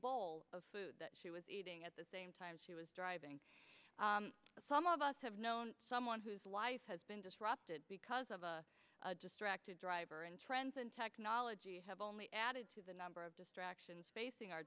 bowl of food that she was eating at the same time she was driving some of us have known someone whose life has been disrupted because of a distracted driver and trends in technology have only added to the number of distractions facing our